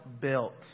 built